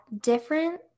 different